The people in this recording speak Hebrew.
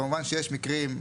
כמובן שיש מקרים,